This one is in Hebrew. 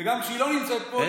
וגם כשהיא לא נמצאת פה,